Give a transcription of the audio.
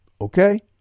Okay